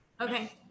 Okay